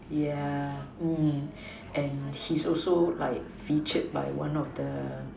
yeah mm and he's also like featured like in one of the